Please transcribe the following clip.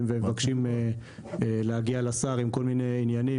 שמבקשים להגיע לשר עם כל מיני עניינים,